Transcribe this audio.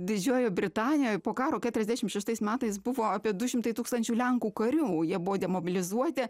didžiojoj britanijoj po karo keturiasdešimt šeštais metais buvo apie du šimtai tūkstančių lenkų karių jie buvo demobilizuoti